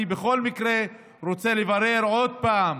ואני בכל מקרה רוצה לברר עוד פעם